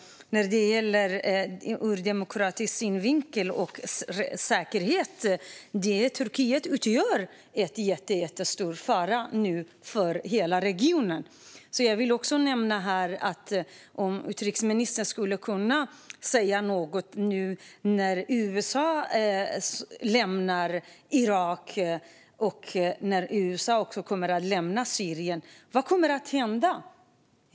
Ur demokratisk synvinkel och när det gäller säkerhet utgör nu Turkiet en jättestor fara för hela regionen. Kan utrikesministern säga något om vad som kommer att hända nu när USA lämnar Irak och när USA också kommer att lämna Syrien. Vad kommer att hända?